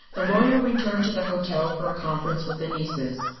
the lawyer returned to the hotel for a conference with the nieces.